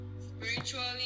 spiritually